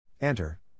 Enter